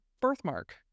birthmark